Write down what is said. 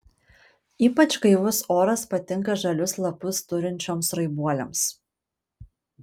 ypač gaivus oras patinka žalius lapus turinčioms raibuolėms